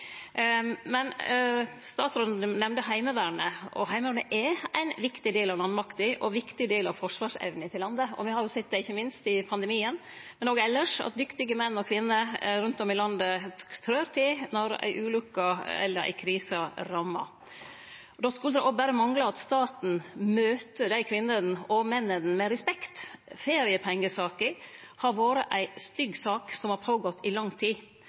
Statsråden nemnde Heimevernet. Heimevernet er ein viktig del av landmakta og ein viktig del av forsvarsevna til landet. Me har sett det ikkje minst i pandemien, men òg elles, at dyktige menn og kvinner rundt om i landet trør til når ei ulukke eller krise rammar. Då skulle det òg berre mangle at staten møter dei kvinnene og mennene med respekt. Feriepengesaka har vore ei stygg sak som har vara i lang tid.